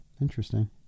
Interesting